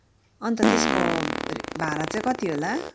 अन्त त्यसको भाडा चाहिँ कति होला